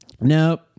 Nope